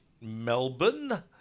Melbourne